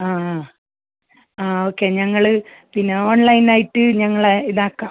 ആ ആ ആ ഓക്കേ ഞങ്ങൾ പിന്നെ ഓൺലൈനായിട്ട് ഞങ്ങൾ ഇതാക്കാം